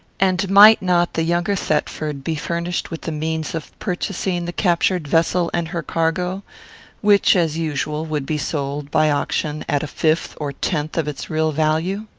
and might not the younger thetford be furnished with the means of purchasing the captured vessel and her cargo which, as usual, would be sold by auction at a fifth or tenth of its real value?